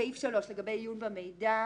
סעיף 3 עיון במידע